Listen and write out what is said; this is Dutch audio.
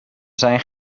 zijn